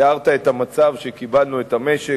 תיארת את המצב שבו קיבלנו את המשק,